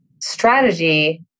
strategy